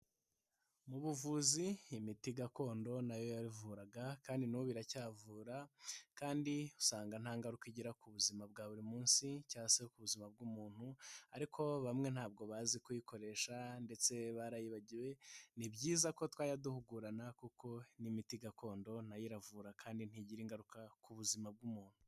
Mu buvuzi imiti gakondo nayo yavuraga kandi n'ubu iracyavura, kandi usanga nta ngaruka igira ku buzima bwa buri munsi cyangwa se ku buzima bw'umuntu, ariko bamwe ntabwo bazi kuyikoresha ndetse barayibagiwe, ni byiza ko twajya duhugurana kuko n'imiti gakondo nayo iravura kandi ntigira ingaruka ku buzima bw'umuntu.